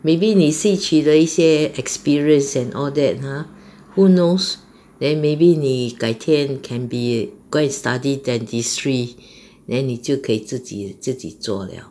maybe 你吸取得了一些 experience and all that !huh! who knows then maybe 你改天 can be go and study dentistry then 你就可以自己自己做 liao